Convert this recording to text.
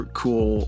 cool